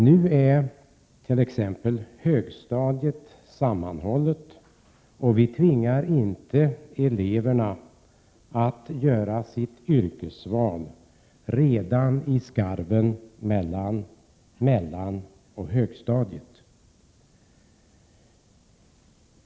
Högstadiet är exempelvis sammanhållet, och vi tvingar inte eleverna att göra sitt yrkesval redan i skarven mellan mellanstadiet och högstadiet.